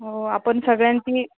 हो आपण सगळ्यांनी